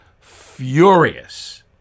furious